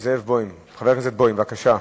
חבר הכנסת בוים, בבקשה.